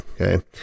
Okay